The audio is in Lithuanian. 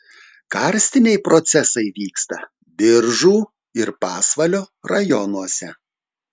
karstiniai procesai vyksta biržų ir pasvalio rajonuose